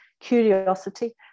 curiosity